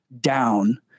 down